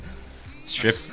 Strip